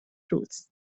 روز